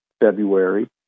February